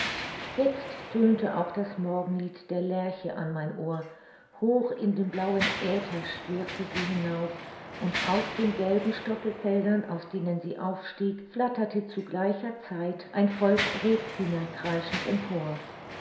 jetzt tönte auch das morgenlied der lerche an mein ohr hoch in den blauen aether schwirrte sie hinauf und aus den gelben stoppelfeldern aus denen sie aufstieg flatterte zu gleicher zeit ein volk rebhühner kreischend empor